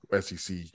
SEC